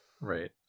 right